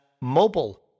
mobile